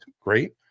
great